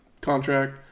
contract